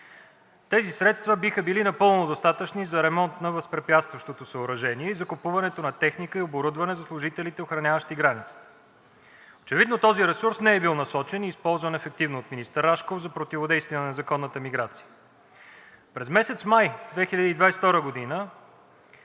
Тези средства биха били напълно достатъчни за ремонт на възпрепятстващото съоръжение и закупуването на техника и оборудване за служителите, охраняващи границата. Очевидно този ресурс не е бил насочен и използван ефективно от министър Рашков за противодействие на незаконната миграция. През месец май 2022 г.